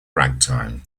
ragtime